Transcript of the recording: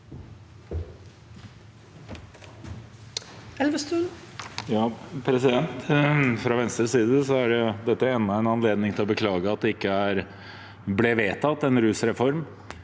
Fra Venstres side er dette enda en anledning til å beklage at det ikke ble vedtatt en rusreform